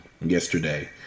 yesterday